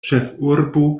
ĉefurbo